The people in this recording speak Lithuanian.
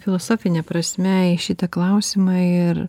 filosofine prasme į šitą klausimą ir